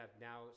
now